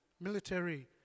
military